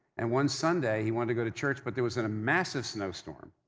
and, one sunday, he wanted to go to church but there was and a massive snowstorm.